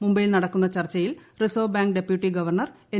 മുംബൈയിൽ നടക്കുന്ന ചർച്ചയിൽ reserve bank deputy governor N